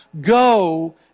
Go